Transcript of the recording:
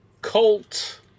colt